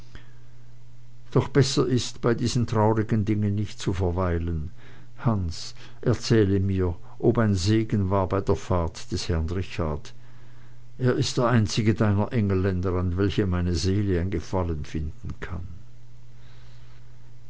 doch besser ist bei diesen traurigen dingen nicht zu verweilen hans erzähle mir ob ein segen war bei der fahrt des herrn richard er ist der einzige deiner engelländer an welchem meine seele ein gefallen finden kann